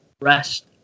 rest